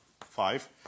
five